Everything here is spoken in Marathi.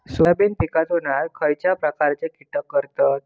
सोयाबीन पिकांचो नाश खयच्या प्रकारचे कीटक करतत?